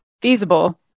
feasible